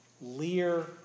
Lear